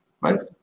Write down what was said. right